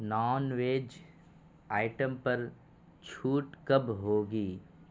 naan veg item پر چھوٹ کب ہوگی